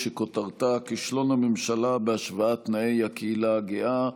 שכותרתה: כישלון הממשלה בהשוואת תנאי הקהילה הגאה.